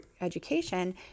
education